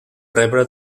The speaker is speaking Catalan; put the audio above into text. rebre